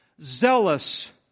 zealous